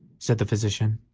said the physician,